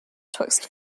twixt